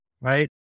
right